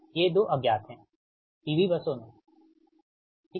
ये 2 अज्ञात हैं P V बसों में ठीक है